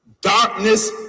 darkness